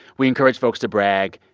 we encourage folks to brag,